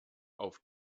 auf